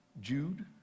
Jude